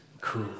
Cool